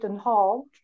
Hall